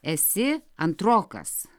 esi antrokas